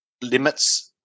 limits